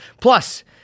Plus